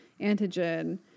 antigen